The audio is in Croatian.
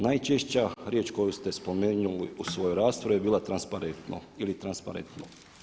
Najčešća riječ koju ste spomenuli u svojoj raspravi je bila transparentno ili transparentno.